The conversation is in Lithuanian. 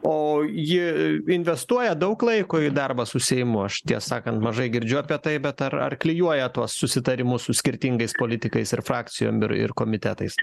o ji investuoja daug laiko į darbą su seimu aš tiesą sakant mažai girdžiu apie tai bet ar ar klijuoja tuos susitarimus su skirtingais politikais ir frakcijom ir ir komitetais